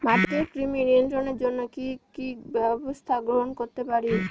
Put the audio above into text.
মাটির কৃমি নিয়ন্ত্রণের জন্য কি কি ব্যবস্থা গ্রহণ করতে পারি?